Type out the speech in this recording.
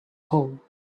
hole